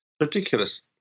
Ridiculous